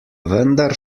vendar